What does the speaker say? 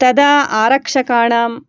तदा आरक्षकाणां